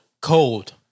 Cold